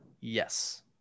Yes